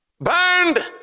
Burned